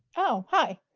oh, hi.